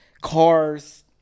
cars